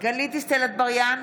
גלית דיסטל אטבריאן,